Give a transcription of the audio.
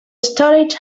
storage